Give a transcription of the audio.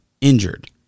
injured